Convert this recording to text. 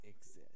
exist